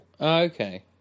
okay